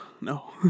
no